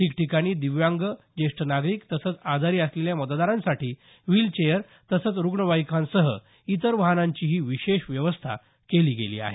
ठिकठिकाणी दिव्यांग ज्येष्ठ नागरिक तसंच आजारी असलेल्या मतदारांसाठी व्हिलचेअर तसंच रुग्णवाहिकांसह इतर वाहनांचीही विशेष व्यवस्था केली गेली आहे